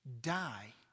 die